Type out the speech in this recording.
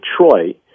Detroit